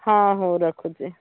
ହଁ ହଉ ରଖୁଛି